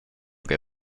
que